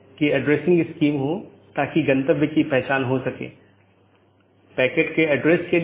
इसका मतलब है यह चीजों को इस तरह से संशोधित करता है जो कि इसके नीतियों के दायरे में है